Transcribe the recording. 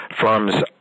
firms